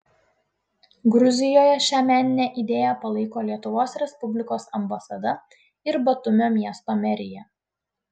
gruzijoje šią meninę idėją palaiko lietuvos respublikos ambasada ir batumio miesto merija